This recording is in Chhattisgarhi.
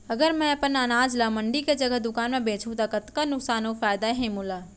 अगर मैं अपन अनाज ला मंडी के जगह दुकान म बेचहूँ त कतका नुकसान अऊ फायदा हे मोला?